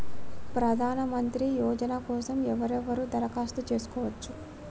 ప్రధానమంత్రి యోజన కోసం ఎవరెవరు దరఖాస్తు చేసుకోవచ్చు?